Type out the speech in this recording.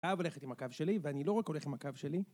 אהב ללכת עם הקו שלי, ואני לא רק הולך עם הקו שלי.